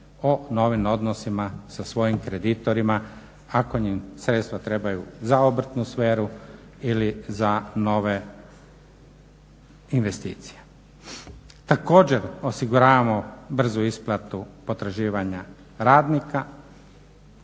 o novim odnosima sa svojim kreditorima, ako im sredstva trebaju za obrtnu sferu ili za nove investicije. Također osiguravamo brzu isplatu potraživanja radnika,